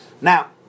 Now